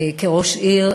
כראש עיר,